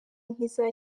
nk’iza